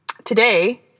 today